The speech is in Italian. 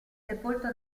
sepolto